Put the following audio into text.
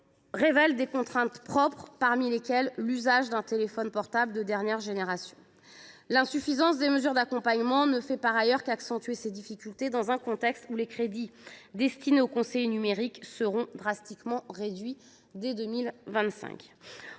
révèle des contraintes propres, parmi lesquelles l’usage d’un téléphone portable de dernière génération. Par ailleurs, l’insuffisance des mesures d’accompagnement ne fait qu’accentuer les difficultés, dans un contexte où les crédits destinés aux conseillers numériques seront drastiquement réduits dès 2025.